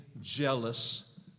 jealous